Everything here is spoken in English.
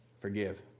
forgive